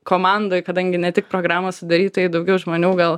komandoj kadangi ne tik programos sudarytojai daugiau žmonių gal